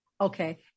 Okay